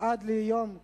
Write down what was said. עד ליום כ'